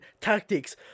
tactics